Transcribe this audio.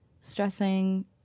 stressing